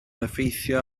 effeithio